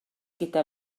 gyda